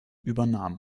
übernahm